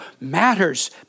matters